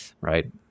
right